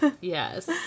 Yes